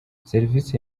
serivisi